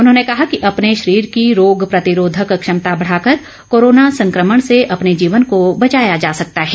उन्होंने कहा कि अपने शरीर की रोग प्रतिरोधक क्षमता बढ़ाकर कोरोना संक्रमण से अपने जीवन को बचाया जा सकता है